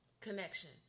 connection